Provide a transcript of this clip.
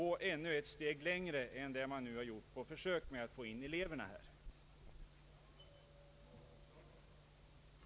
Vi vill gå ett steg längre än vad man nu har gjort med detta försök att få in eleverna i styrelsen.